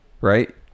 right